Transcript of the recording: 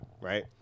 Right